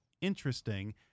interesting